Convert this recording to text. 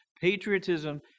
patriotism